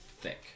thick